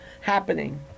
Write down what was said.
happening